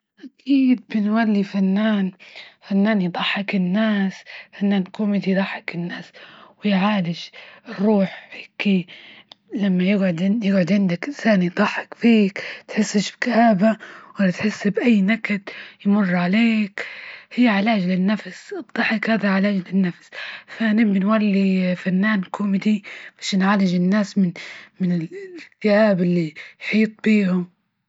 أكيد بنولي فنان، فنان يضحك الناس، فنان كوميدي يضحك الناس، ويعالج الروح هكي لما يقعدن -يقعد عندك إنسان يتضحك فيك، متحسش بكآبة، ولا تحس بأي نكد يمر عليك، في علاج للنفس، الضحك هادا فيه علاج للنفس، ثانيا بنولي فنان كوميدي مش نعالج الناس من الإكتئاب اللي محيط بيهم.